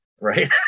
right